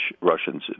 Russians